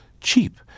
cheap